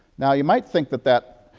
now you might think that that